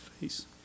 face